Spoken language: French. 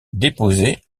déposé